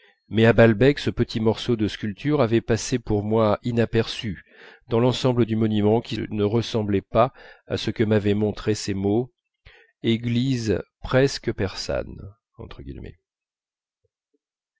mais à balbec ce petit morceau de sculpture avait passé pour moi inaperçu dans l'ensemble du monument qui ne ressemblait pas à ce que m'avaient montré ces mots église presque persane